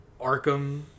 Arkham